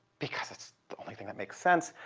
because it's the only thing that make sense.